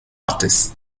artists